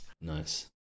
Nice